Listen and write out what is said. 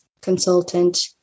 consultant